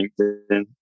LinkedIn